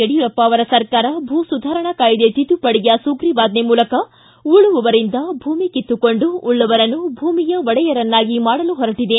ಯಡಿಯೂರ್ ಅವರ ಸರ್ಕಾರ ಭೂ ಸುಧಾರಣಾ ಕಾಯ್ದೆ ಶಿದ್ದುಪಡಿಯ ಸುಗ್ರೀವಾಜ್ಞ ಮೂಲಕ ಉಳುವವರಿಂದ ಭೂಮಿ ಕಿತ್ತುಕೊಂಡು ಉಳ್ಳವರನ್ನು ಭೂಮಿಯ ಒಡೆಯರನ್ನಾಗಿ ಮಾಡಲು ಹೊರಟಿದೆ